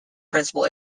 principal